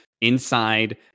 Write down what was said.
inside